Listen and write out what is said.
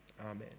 Amen